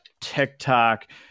TikTok